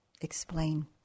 explain